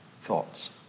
thoughts